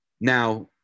Now